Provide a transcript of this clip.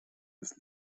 des